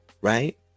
right